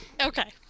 Okay